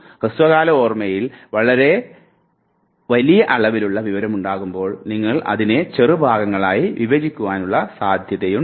ഹ്രസ്വകാല ഓർമ്മയിൽ വലിയ അളവിലുള്ള വിവരം ഉണ്ടാകുമ്പോൾ നിങ്ങൾ അതിനെ ചെറു ഭാഗങ്ങളായി വിഭജിക്കുവാനുള്ള സാധ്യതയുണ്ട്